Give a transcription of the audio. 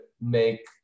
make